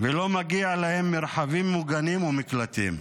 ולא מגיע להם מרחבים מוגנים ומקלטים.